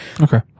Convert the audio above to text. Okay